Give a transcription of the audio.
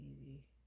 easy